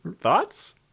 Thoughts